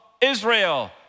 Israel